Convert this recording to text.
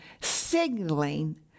signaling